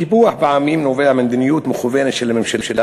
הקיפוח פעמים נובע ממדיניות מכוונת של הממשלה,